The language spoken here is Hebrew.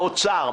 מהאוצר,